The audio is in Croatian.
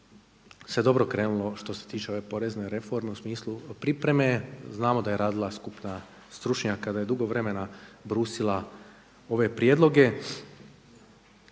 se dobro krenulo što se tiče ove porezne reforme u smislu pripreme. Znamo da je radila skupina stručnjaka, da je dugo vremena brusila ove prijedloge.